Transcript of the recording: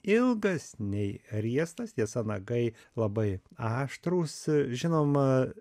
ilgas nei riestas tiesa nagai labai aštrūs žinoma